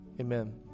Amen